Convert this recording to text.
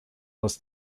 was